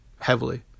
heavily